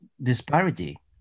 disparity